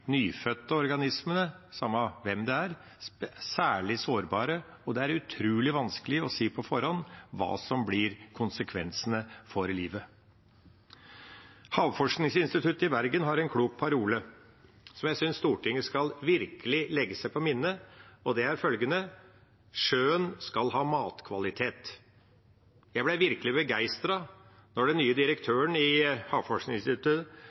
nyfødte organismene – samme hvem det er – særlig sårbare, og det er utrolig vanskelig å si på forhånd hva som blir konsekvensene for livet. Havforskningsinstituttet i Bergen har en klok parole som jeg synes Stortinget virkelig skal legge seg på minnet. Det er følgende: Sjøen skal ha matkvalitet. Jeg ble virkelig begeistret da den nye direktøren i Havforskningsinstituttet